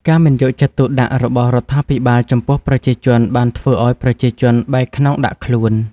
ការមិនយកចិត្តទុកដាក់របស់រដ្ឋាភិបាលចំពោះប្រជាជនបានធ្វើឲ្យប្រជាជនបែរខ្នងដាក់ខ្លួន។